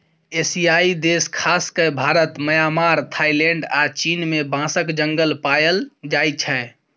एशियाई देश खास कए भारत, म्यांमार, थाइलैंड आ चीन मे बाँसक जंगल पाएल जाइ छै